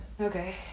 Okay